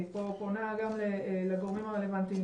אני פה פונה גם לגורמים הרלוונטיים,